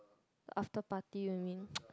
after party you mean